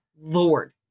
lord